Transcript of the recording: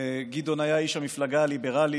גדעון היה איש המפלגה הליברלית,